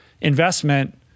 investment